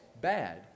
bad